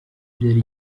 byari